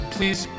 Please